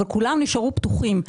אבל כולם נשארו פתוחים.